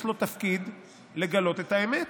יש לו תפקיד לגלות את האמת,